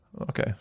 Okay